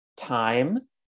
time